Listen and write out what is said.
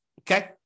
Okay